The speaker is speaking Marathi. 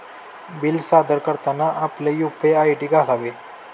बिल सादर करताना आपले यू.पी.आय आय.डी घालावे